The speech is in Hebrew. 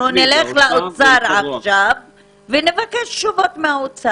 אנחנו נלך לאוצר עכשיו ונבקש תשובות ממנו.